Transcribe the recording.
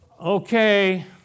Okay